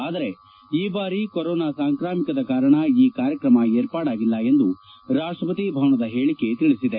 ಆದರೆ ಈ ಬಾರಿ ಕೊರೊನಾ ಸಾಂಕ್ರಾಮಿಕದ ಕಾರಣ ಈ ಕಾರ್ಯಕ್ರಮ ಏರ್ಪಾಡಾಗಿಲ್ಲ ಎಂದು ರಾಷ್ಟಪತಿ ಭವನದ ಹೇಳಿಕೆ ತಿಳಿಸಿದೆ